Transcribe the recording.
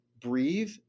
Breathe